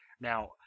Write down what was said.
Now